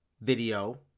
video